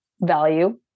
value